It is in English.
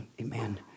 Amen